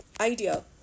idea